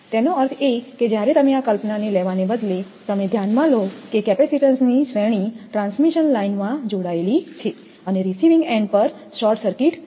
તેનો અર્થ એ કે જ્યારે તમે આ કલ્પનાને લેવાને બદલે તમે ધ્યાનમાં લો કે કેપેસિટેન્સની શ્રેણી ટ્રાન્સમિશન લાઇનમાં જોડાયેલી છે અને રીસીવિંગ એન્ડ પર શોર્ટ સર્કિટ છે